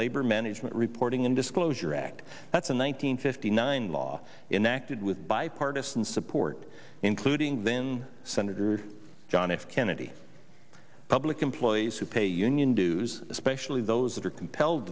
labor management reporting and disclosure act that's a one nine hundred fifty nine law interacted with bipartisan support including then senator john f kennedy public employees who pay union dues especially those that are compelled